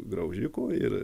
graužikų ir